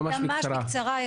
ממש בקצרה.